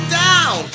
down